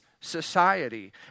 society